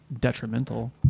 detrimental